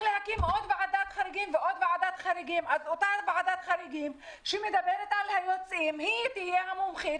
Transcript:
להזכיר שכבר חצי שנה אנחנו רצים אחרי כל משרדי הממשלה,